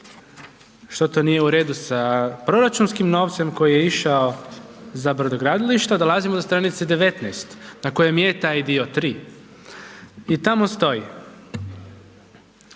što to nije u redu sa proračunskim novcem koji je išao za brodogradilišta, dolazimo do str. 19. na kojem je taj dio 3. i tamo stoji